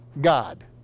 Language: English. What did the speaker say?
God